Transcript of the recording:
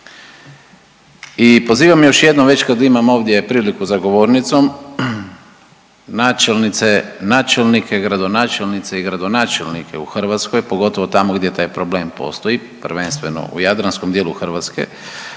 I pozivam još jednom već kad imam ovdje priliku za govornicom, načelnice, načelnike, gradonačelnice i gradonačelnike u Hrvatskoj, pogotovo tamo gdje taj problem postoji, prvenstveno u jadranskom dijelu Hrvatske,